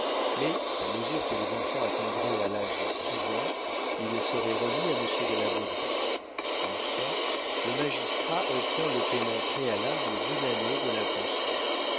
mais à mesure que les enfants atteindraient à l'âge de six ans ils seraient remis à monsieur de la baudraye enfin le magistrat obtint le paiement préalable d'une année de la pension